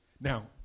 Now